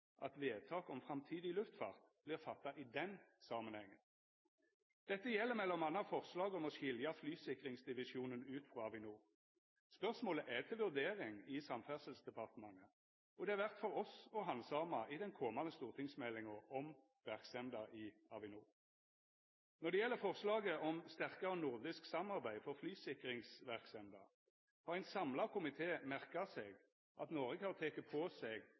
at vedtak om framtidig luftfart vert fatta i den samanhengen. Dette gjeld m.a. forslaget om å skilja flysikringsdivisjonen ut frå Avinor. Spørsmålet er til vurdering i Samferdselsdepartementet, og det vert for oss å handsama i den komande stortingsmeldinga om verksemda i Avinor. Når det gjeld forslaget om sterkare nordisk samarbeid for flysikringsverksemda, har ein samla komité merka seg at Noreg har teke på seg